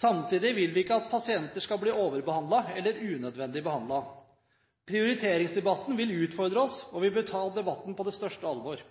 Samtidig vil vi ikke at pasienter skal bli overbehandlet – eller unødvendig behandlet. Prioriteringsdebatten vil utfordre oss, og vi bør ta debatten på største alvor.